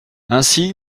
ainsi